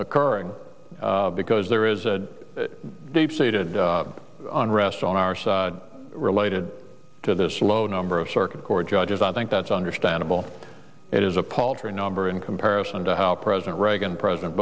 occurring because there is a deep seated unrest on our side related to this low number of circuit court judges i think that's understandable it is a paltry number in comparison to how president reagan president